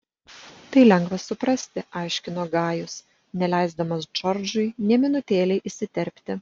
tai lengva suprasti aiškino gajus neleisdamas džordžui nė minutėlei įsiterpti